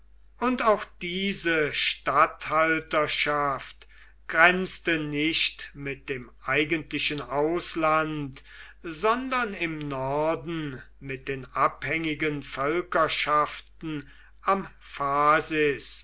und auch diese statthalterschaft grenzte nicht mit dem eigentlichen ausland sondern im norden mit den abhängigen völkerschaften am phasis